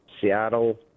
Seattle